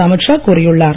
அமித் ஷா கூறியுள்ளார்